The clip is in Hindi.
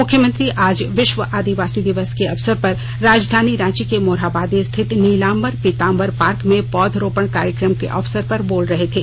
मुख्यमंत्री आज विश्व आदिवासी दिवस के अवसर पर राजधानी रांची के मोरहाबादी रिथित नीलाम्बर पीताम्बर पार्क में पौधरोपण कार्यक्रम के अवसर पर बोल रहे थे